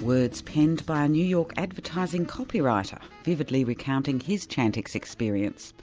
words penned by a new york advertising copywriter vividly recounting his chantix experience